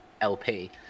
LP